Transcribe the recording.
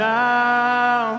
now